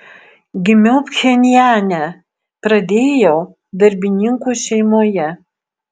gimiau pchenjane pradėjau darbininkų šeimoje